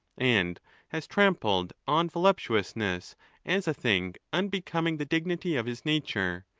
and has trampled on voluptuousness as a thing unbecoming the dignity of his nature,